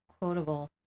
quotable